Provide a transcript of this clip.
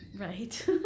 Right